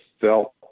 felt